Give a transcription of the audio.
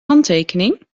handtekening